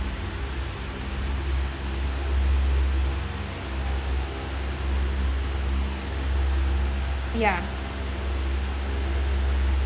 ya